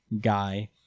guy